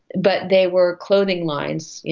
but they were clothing lines.